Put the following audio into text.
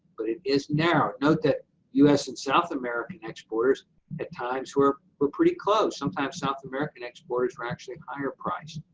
but it is narrow. note that u s. and south american exporters at times were were pretty close. sometimes south american exporters were actually higher priced,